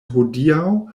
hodiaŭ